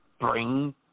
bring